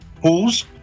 pools